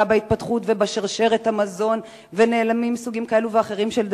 בהתפתחות ובשרשרת המזון ונעלמים סוגים כאלה ואחרים של דגה.